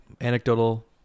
anecdotal